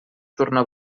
tornar